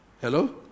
Hello